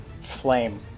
flame